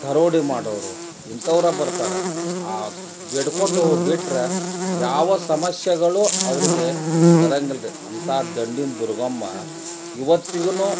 ದರೋಡೆ ಮಾಡೋವ್ರು ಇಂಥವ್ರೇ ಬರ್ತಾರೆ ಆಕಿಗೆ ಬೇಡ್ಕೊಂಡು ಹೋಗಿಬಿಟ್ರೆ ಯಾವ ಸಮಸ್ಯೆಗಳೂ ಅವರಿಗೆ ಬರಂಗಿಲ್ಲ ರಿ ಅಂಥ ದಂಡಿನ ದುರ್ಗಮ್ಮ ಇವತ್ತಿಗೂ